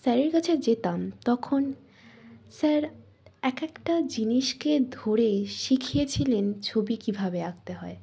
স্যারের কাছে যেতাম তখন স্যার এক একটা জিনিসকে ধরে শিখিয়েছিলেন ছবি কীভাবে আঁকতে হয়